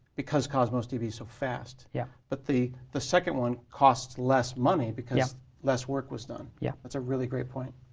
because cosmos db is so fast. yeah. but the the second one costs less money because yeah less work was done. yeah. that's a really great point.